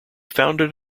founded